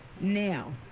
now